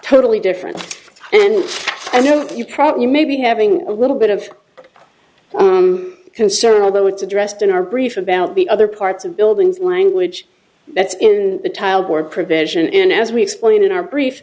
totally different and i know you probably maybe having a little bit of concern although it's addressed in our brief about the other parts of buildings language that's in the tile board provision in as we explained in our brief